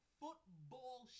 football